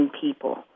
people